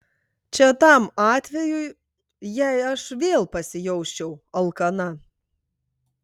čia tam atvejui jei aš vėl pasijausčiau alkana